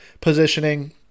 positioning